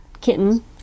kitten